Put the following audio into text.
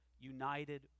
united